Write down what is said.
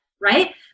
right